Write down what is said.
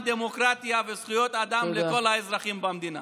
דמוקרטיה וזכויות אדם לכל האזרחים במדינה.